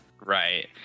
Right